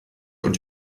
und